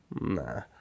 nah